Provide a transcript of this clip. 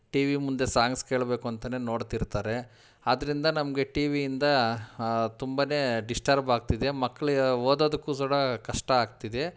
T V ಮುಂದೆ songs ಕೇಳಬೇಕು ಅಂತಾನೆ ನೋಡ್ತಿರ್ತಾರೆ ಆದ್ದರಿಂದ ನಮಗೆ ಟಿ ವಿಯಿಂದ ತುಂಬಾ ಡಿಸ್ಟರ್ಬ್ ಆಗ್ತಿದೆ ಮಕ್ಳು ಓದೋದಕ್ಕೂ ಸಡ ಕಷ್ಟ ಆಗ್ತಿದೆ